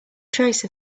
trace